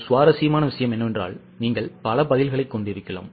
சுவாரஸ்யமான விஷயம் என்னவென்றால் நீங்கள் பல பதில்களைக் கொண்டிருக்கலாம்